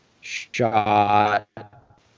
shot